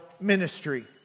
ministry